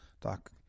Doc